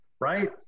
right